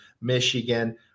michigan